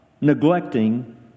neglecting